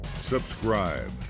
subscribe